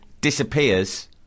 disappears